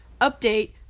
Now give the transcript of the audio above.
update